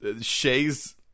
Shay's